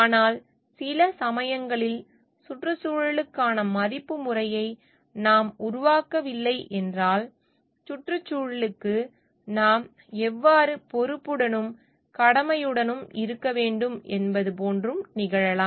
ஆனால் சில சமயங்களில் சுற்றுச்சூழலுக்கான மதிப்பு முறையை நாம் உருவாக்கவில்லை என்றால் சுற்றுச்சூழலுக்கு நாம் எவ்வாறு பொறுப்புடனும் கடமையுடனும் இருக்க வேண்டும் என்பது போன்றும் நிகழலாம்